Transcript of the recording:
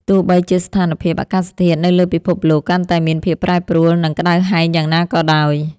ទោះបីជាស្ថានភាពអាកាសធាតុនៅលើពិភពលោកកាន់តែមានភាពប្រែប្រួល និងក្តៅហែងយ៉ាងណាក៏ដោយ។